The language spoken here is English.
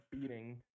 beating